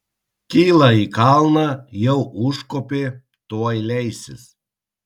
kyla į kalną jau užkopė tuoj leisis